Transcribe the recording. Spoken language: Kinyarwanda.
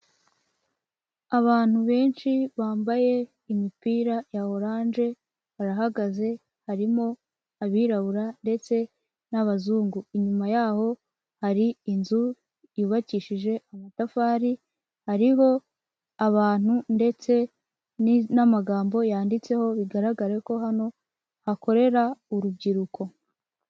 Abantu benshi bambaye imipira ya oranje, barahagaze, harimo abirabura ndetse n'abazungu. Inyuma yaho hari inzu yubakishije amatafari ariho abantu ndetse n'amagambo yanditseho bigaragara ko hano hakorera urubyiruko.